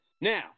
Now